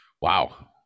Wow